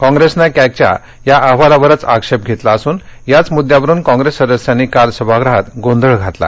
कॉंग्रेसनं कॅगच्या या अहवालावरच आक्षेप घेतला असून याच मुद्द्यावरून कॉप्रेस सदस्यांनी काल सभागृहात गोंधळ घातला